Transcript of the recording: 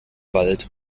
wald